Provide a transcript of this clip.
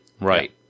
Right